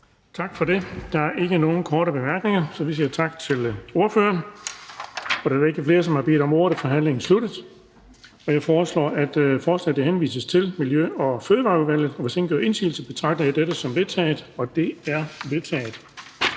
Tak for det. Der er ikke nogen korte bemærkninger. Så vi siger tak til ordføreren. Da der ikke er flere, som har bedt om ordet, er forhandlingen sluttet. Jeg foreslår, at forslaget henvises til Miljø- og Fødevareudvalget. Hvis ingen gør indsigelse, betragter jeg dette som vedtaget. Det er vedtaget.